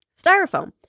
styrofoam